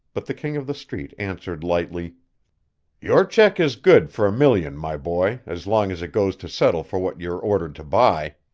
but the king of the street answered lightly your check is good for a million, my boy, as long as it goes to settle for what you're ordered to buy.